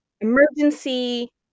emergency